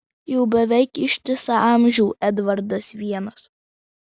jau beveik ištisą amžių edvardas vienas